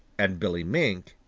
and billy mink,